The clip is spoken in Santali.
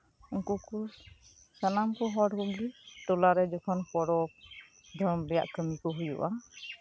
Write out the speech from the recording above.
ᱩᱱᱠᱩ ᱠᱚ ᱥᱟᱱᱟᱢ ᱠᱚ ᱦᱚᱲ ᱨᱮᱱᱜᱮ ᱴᱚᱞᱟᱨᱮ ᱡᱮᱠᱷᱚᱱ ᱯᱚᱨᱚᱵᱽ ᱫᱷᱚᱨᱚᱢ ᱨᱮᱭᱟᱜ ᱠᱟᱹᱢᱤ ᱠᱚ ᱦᱳᱭᱳᱜᱼᱟ